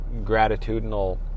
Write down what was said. gratitudinal